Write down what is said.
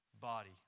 body